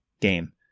game